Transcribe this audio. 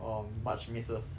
um much misses